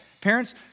Parents